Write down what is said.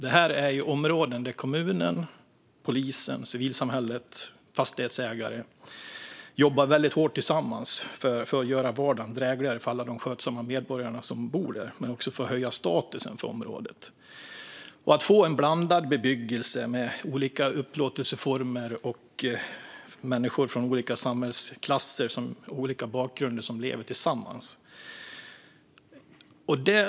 Detta är områden där kommunen, polisen, civilsamhället och fastighetsägarna jobbar väldigt hårt tillsammans för att göra vardagen drägligare för alla de skötsamma medborgare som bor där men också för att höja områdets status. Det handlar om att få en blandad bebyggelse med olika upplåtelseformer och med människor från olika samhällsklasser och med olika bakgrunder som lever tillsammans.